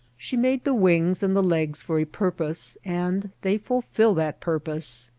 she made the wings and the legs for a purpose and they fulfil that purpose.